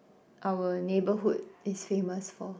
our neighbourhood is famous for